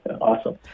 Awesome